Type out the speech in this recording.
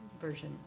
version